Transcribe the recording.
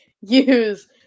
use